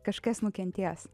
kažkas nukentės